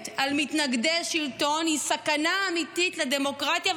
על מתנגדי שלטון הוא סכנה אמיתית לדמוקרטיה,